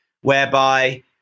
whereby